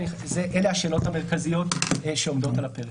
אלה השאלות המרכזיות שעומדות על הפרק.